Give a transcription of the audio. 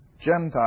Gentile